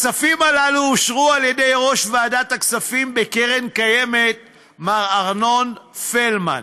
הכספים הללו אושרו על ידי ראש ועדת הכספים בקרן קיימת מר ארנון פלמן,